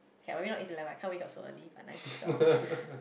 okay are we not in the like kind wake up so early but nine to twelve